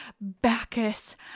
Bacchus